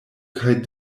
kaj